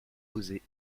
oser